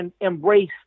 embrace